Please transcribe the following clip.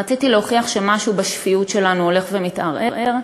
רציתי להוכיח שמשהו בשפיות שלנו הולך ומתערער,